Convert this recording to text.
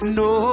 no